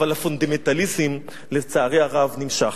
אבל הפונדמנטליזם, לצערי הרב, נמשך.